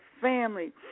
family